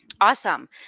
Awesome